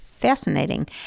Fascinating